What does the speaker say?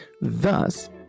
Thus